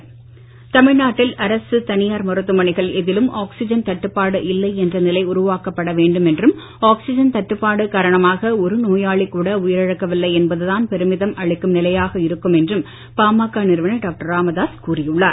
பாமக தமிழ்நாட்டில் அரசு தனியார் மருத்துவமனைகள் எதிலும் ஆக்சிஜன் தட்டுப்பாடு இல்லை என்ற நிலை உருவாக்கப்பட வேண்டும் என்றும் ஆக்சிஜன் தட்டுப்பாடு காரணமாக ஒரு நோயாளி கூட உயிரிழக்கவில்லை என்பது தான் பெருமிதம் அளிக்கும் நிலையாக இருக்கும் என்றும் பாமக நிறுவனர் டாக்டர் ராமதாஸ் கூறியுள்ளார்